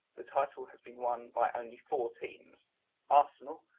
the title has been won by only four teams arsenal,